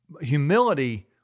humility